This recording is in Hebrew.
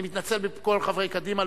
אני מתנצל בפני כל חברי קדימה,